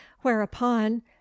whereupon